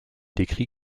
décrit